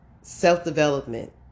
self-development